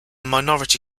minority